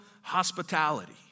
hospitality